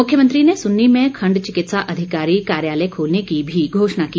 मुख्यमंत्री ने सुन्नी में खण्ड चिकित्सा अधिकारी कार्यालय खोलने की भी घोषणा की